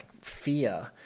fear